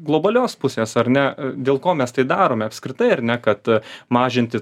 globalios pusės ar ne dėl ko mes tai darome apskritai ar ne kad mažinti